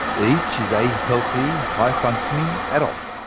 each is a healthy, high-functioning adult.